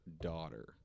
daughter